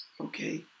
Okay